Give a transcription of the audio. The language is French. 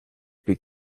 plus